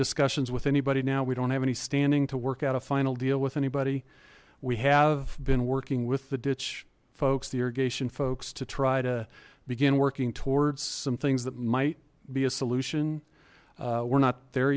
discussions with anybody now we don't have any standing to work out a final deal with anybody we have been working with the ditch folks the irrigation folks to try to begin working towards some things that might be a solution we're not there